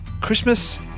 Christmas